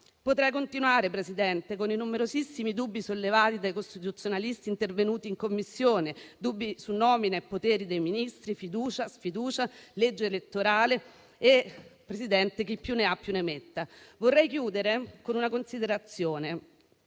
Potrei continuare, signora Presidente, con i numerosissimi dubbi sollevati dai costituzionalisti intervenuti in Commissione, dubbi su nomina e poteri dei Ministri, fiducia, sfiducia, legge elettorale e, Presidente, chi più ne ha più ne metta. Vorrei chiudere con una considerazione: